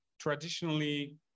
traditionally